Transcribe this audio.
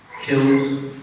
Killed